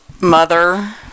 mother